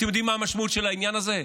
אתם יודעים מה המשמעות של העניין הזה?